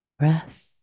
breath